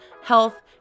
health